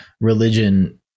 religion